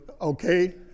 okay